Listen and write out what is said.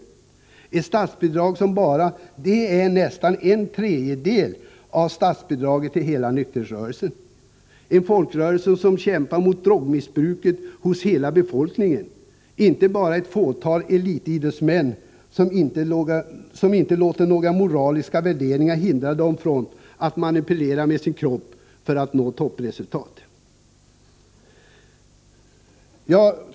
Det statsbidraget utgör nästan en tredjedel av statsbidraget till hela nykterhetsrörelsen — en folkrörelse som kämpar mot drogmissbruket hos hela befolkningen, inte bara ett fåtal elitidrottsmän, som inte låter några moraliska värderingar hindra sig från att manipulera sin kropp för att nå toppresultat.